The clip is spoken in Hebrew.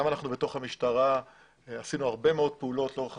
גם אנחנו במשטרה עשינו הרבה מאוד פעולות לאורך